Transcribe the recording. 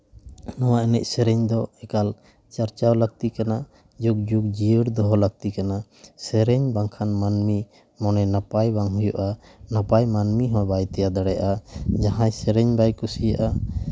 ᱱᱚᱣᱟ ᱮᱱᱮᱡ ᱥᱮᱨᱮᱧ ᱫᱚ ᱮᱠᱟᱞ ᱪᱟᱨᱪᱟᱣ ᱞᱟᱹᱠᱛᱤ ᱠᱟᱱᱟ ᱡᱩᱜᱽ ᱡᱩᱜᱽ ᱡᱤᱭᱟᱹᱲ ᱫᱚᱦᱚ ᱟᱹᱠᱛᱤ ᱠᱟᱱᱟ ᱥᱮᱨᱮᱧ ᱵᱟᱝᱠᱷᱟᱱ ᱢᱚᱱᱮ ᱱᱟᱯᱟᱭ ᱵᱟᱝ ᱦᱩᱭᱩᱜᱼᱟ ᱱᱟᱯᱟᱭ ᱢᱟᱹᱱᱢᱤ ᱦᱚᱸ ᱵᱟᱭ ᱛᱮᱭᱟᱨ ᱫᱟᱲᱮᱭᱟᱜᱼᱟ ᱡᱟᱦᱟᱸᱭ ᱥᱮᱨᱮᱧ ᱵᱟᱭ ᱠᱩᱥᱤᱭᱟᱜᱼᱟ